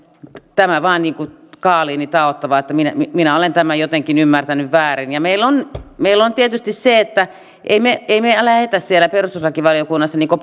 tämä vain kaaliini taottava että minä olen tämän jotenkin ymmärtänyt väärin meillä on meillä on tietysti se että emme me emme me lähde siellä perustuslakivaliokunnassa